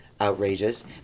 outrageous